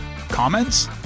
Comments